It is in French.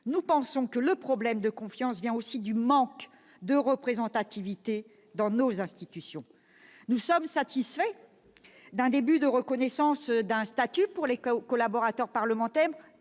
Nous pensons que le problème de confiance vient aussi du manque de représentativité de nos institutions. Nous sommes satisfaits du début de reconnaissance d'un statut pour les collaborateurs parlementaires,